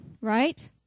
right